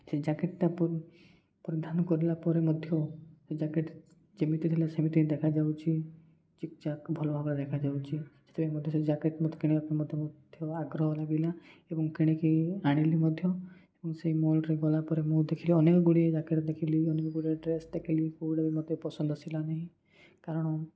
ସେ ଜ୍ୟାକେଟ୍ଟା ପରିଧାନ କରିଲା ପରେ ମଧ୍ୟ ସେ ଜ୍ୟାକେଟ୍ ଯେମିତି ଥିଲା ସେମିତି ଦେଖାଯାଉଛିି ଚିକ୍ ଚାକ୍ ଭଲ ଭାବରେ ଦେଖାଯାଉଛି ସେଥିପାଇଁ ମଧ୍ୟ ସେ ଜ୍ୟାକେଟ୍ ମୋତେ କିଣିବାକୁ ମୋତେ ମଧ୍ୟ ଆଗ୍ରହ ଲାଗିଲା ଏବଂ କିଣିକି ଆଣିଲି ମଧ୍ୟ ସେହି ମଲ୍ରେ ଗଲାପରେ ମୁଁ ଦେଖିଲି ଅନେକ ଗୁଡ଼ିଏ ଜ୍ୟାକେଟ୍ ଦେଖିଲି ଅନେକ ଗୁଡ଼ିଏ ଡ୍ରେସ୍ ଦେଖିଲି କେଉଁଟା ବି ମୋତେ ପସନ୍ଦ ଆସିଲା ନାହିଁ କାରଣ